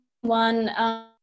one